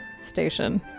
station